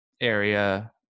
area